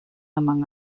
among